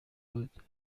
بود